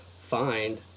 find